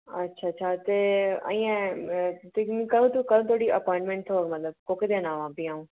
अच्छा अच्छा ते अजें दिक्खनी कदूं तक कदूं धोड़ी अप्पोइंटमेन्ट थ्होग मतलब कोह्के दिन आवां फ्ही अ'ऊं